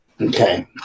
Okay